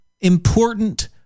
important